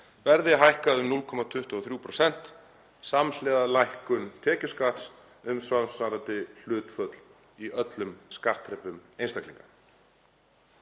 verði hækkað um 0,23% samhliða lækkun tekjuskatts um samsvarandi hlutföll í öllum skattþrepum einstaklinga.